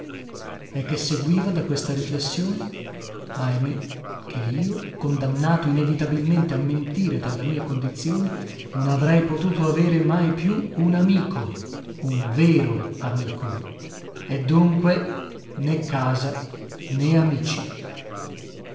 e che seguiva da questa riflessione ahimè che io condannato inevitabilmente a mentire dalla mia condizione non avrei potuto avere mai più un amico un vero amico e dunque né casa né amici